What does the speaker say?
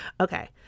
Okay